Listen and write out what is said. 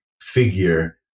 figure